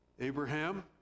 Abraham